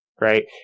Right